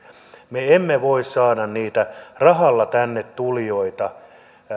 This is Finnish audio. me emme voi saada niitä rahalla tänne tulijoita niin